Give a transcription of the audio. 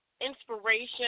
inspiration